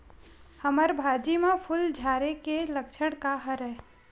हमर भाजी म फूल झारे के लक्षण का हरय?